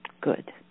Good